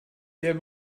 sehr